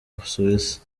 busuwisi